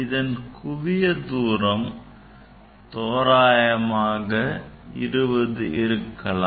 இதன் குவியத் தூரம் தோராயமாக 20 இருக்கலாம்